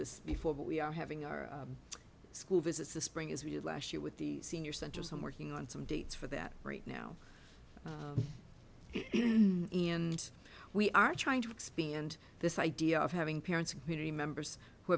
this before but we are having our school visits this spring as we did last year with the senior center so i'm working on some dates for that right now and we are trying to expand this idea of having parents community members who